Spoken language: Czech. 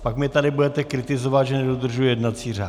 Pak mě tady budete kritizovat, že nedodržuji jednací řád.